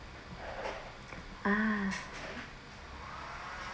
ah